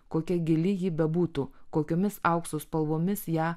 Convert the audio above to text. kokia gili ji bebūtų kokiomis aukso spalvomis ją